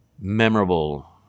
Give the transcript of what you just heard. memorable